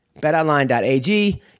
BetOnline.ag